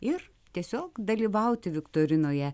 ir tiesiog dalyvauti viktorinoje